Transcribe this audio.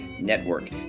Network